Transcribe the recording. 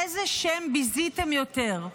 איזה שם ביזיתם יותר,